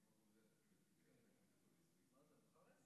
אני חייב